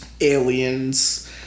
aliens